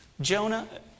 Jonah